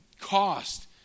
cost